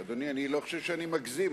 אדוני, אני לא חושב שאני מגזים.